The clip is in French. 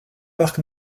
parc